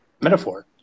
metaphor